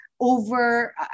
over